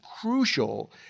crucial